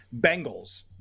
bengals